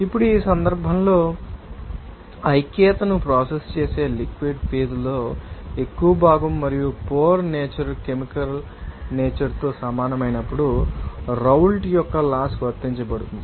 ఇప్పుడు ఈ సందర్భంలో ఐక్యతను ప్రాసెస్ చేసే లిక్విడ్ ఫేజ్ లో ఎక్కువ భాగం మరియు పోర్ నేచర్ కెమికల్ నేచర్ తో సమానమైనప్పుడు రౌల్ట్ యొక్క లాస్ వర్తించబడుతుంది